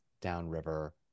downriver